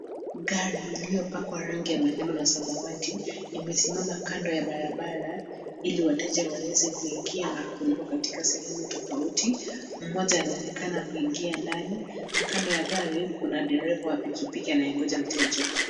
A car with the colors yellow and blue is parked on the side of the road so that passengers can board and be transported to different locations. One person is seen getting inside, and beside the car is a motorbike rider who is waiting for a passenger.